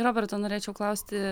roberto norėčiau klausti